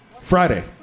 Friday